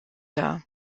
dar